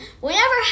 whenever